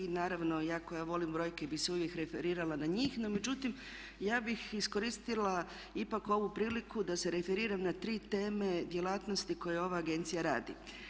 Naravno iako ja volim brojke i bi se uvijek referirala na njih no međutim ja bih iskoristila ipak ovu priliku da se referiram na tri teme djelatnosti koje ove agencija radi.